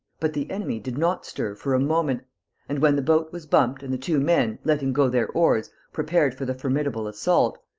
but the enemy did not stir for a moment and, when the boat was bumped and the two men, letting go their oars, prepared for the formidable assault,